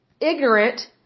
ignorant